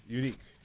unique